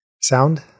Sound